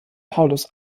paulus